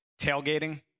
Tailgating